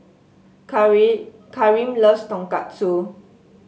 Karim loves Tonkatsu